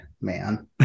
man